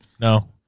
No